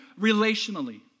relationally